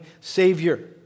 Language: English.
Savior